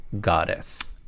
goddess